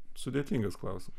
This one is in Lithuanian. sudėtingas klausimas